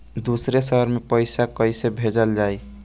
दूसरे शहर में पइसा कईसे भेजल जयी?